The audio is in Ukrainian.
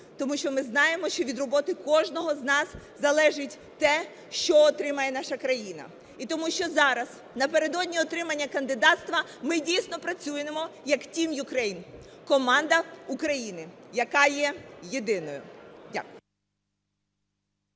Тому що ми знаємо, що від роботи кожного з нас залежить те, що отримає наша країна. І тому що зараз напередодні отримання кандидатства ми дійсно працюємо, як team Ukraine – команда України, яка є єдиною. Дякую.